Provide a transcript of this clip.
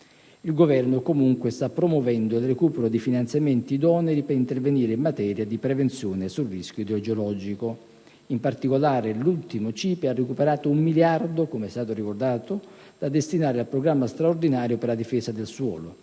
Il Governo comunque sta promuovendo il recupero di finanziamenti idonei per intervenire in materia di prevenzione sul rischio idrogeologico. In particolare, l'ultimo CIPE ha recuperato 1 miliardo - com'è stato ricordato - da destinare al programma straordinario per la difesa del suolo;